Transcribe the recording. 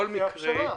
אני רציתי להציע פשרה.